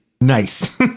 Nice